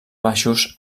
baixos